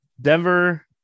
Denver